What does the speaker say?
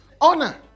honor